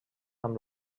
amb